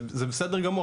זה בסדר גמור,